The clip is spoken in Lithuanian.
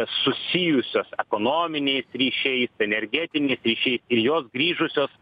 susijusios ekonominiais ryšiais energetiniais ryšiais ir jos grįžusios